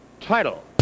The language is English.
Title